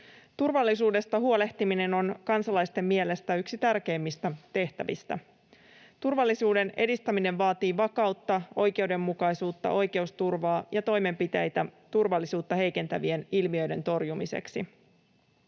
Turvallisuudesta huolehtiminen on kansalaisten mielestä yksi tärkeimmistä tehtävistä. Turvallisuuden edistäminen vaatii vakautta, oikeudenmukaisuutta, oikeusturvaa ja toimenpiteitä turvallisuutta heikentävien ilmiöiden torjumiseksi.